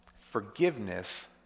Forgiveness